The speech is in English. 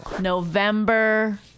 November